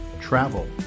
travel